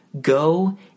Go